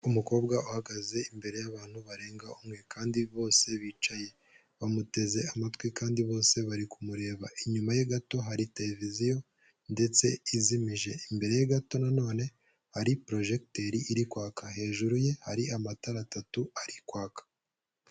Umukobwa uhagaze imbere yban barenga umwe kandi bose bicaye. Bamuteze amatwi kandi bose bari kumureba. Inyuma ye gato hari tereviziyo ndetse izimije. Imbere gato nanone hari purojekiteri iri kwaka. Hejuru ye hari amatara atatu ari kwaka.